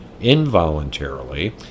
Involuntarily